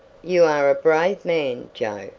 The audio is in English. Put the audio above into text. you are a brave man, joe,